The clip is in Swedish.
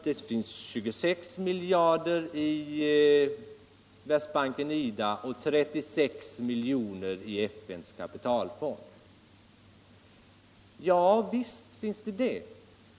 Det finns 26 miljarder i Världsbanken och IDA och 36 miljoner i FN:s kapitalfond, säger fru Sigurdsen. Ja, det är riktigt.